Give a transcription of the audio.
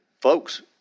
folks